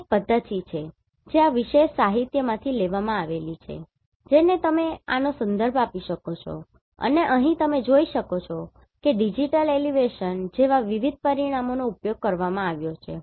આ એક પદ્ધતિ છે જે આ વિશેષ સાહિત્યમાંથી લેવામાં આવી છે જેને તમે આનો સંદર્ભ આપી શકો છો અને અહીં તમે જોઈ શકો છો કે ડિજિટલ એલિવેશન જેવા વિવિધ પરિમાણોનો ઉપયોગ કરવામાં આવ્યો છે